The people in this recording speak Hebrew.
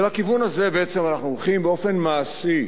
בכיוון הזה בעצם אנחנו הולכים באופן מעשי.